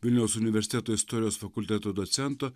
vilniaus universiteto istorijos fakulteto docento